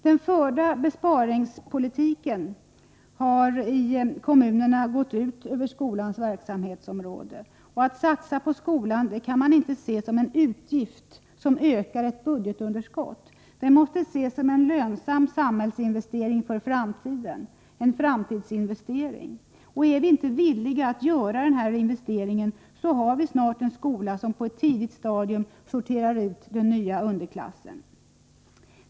Den förda besparingspolitiken har i kommunerna gått ut över skolans verksamhetsområde. Att satsa på skolan kan inte ses som en utgift som ökar budgetunderskottet. Det måste ses som en lönsam investering för framtiden i samhället. Är vi inte villiga att göra denna investering, har vi snart en skola som på ett tidigt stadium sorterar ut den nya underklassen.